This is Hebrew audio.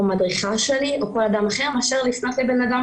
או מדריכה שלי או כל אדם אחר מאשר לפנות לבנאדם